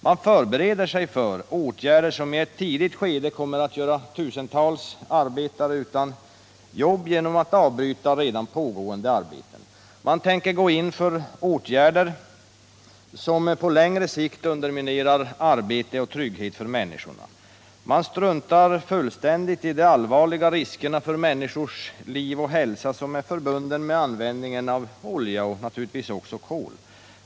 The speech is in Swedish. Man vill avbryta pågående arbeten, vilket i ett tidigt skede kommer att göra tusentals arbetare arbetslösa, och man tänker vidta åtgärder som på längre sikt kommer att underminera möjligheterna till arbete och trygghet för människorna. Man struntar fullständigt i de allvarliga risker för människors liv och hälsa som är förenade med användningen av olja och naturligtvis också av kol.